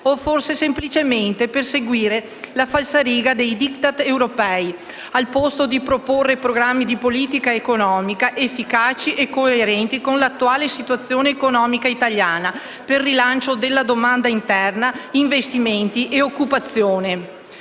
o forse, semplicemente, per seguire la falsariga dei *Diktat* europei, piuttosto che proporre programmi di politica economica efficaci e coerenti con l'attuale situazione economica italiana per il rilancio della domanda interna, investimenti e occupazione.